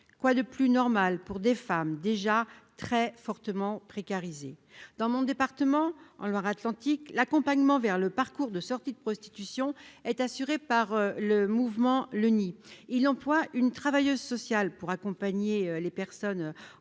quoi de plus normal pour des femmes déjà très fortement précarisé dans mon département en Loire-Atlantique, l'accompagnement vers le parcours de sortie de prostitution est assurée par le mouvement, le nid, il emploie une travailleuse sociale pour accompagner les personnes en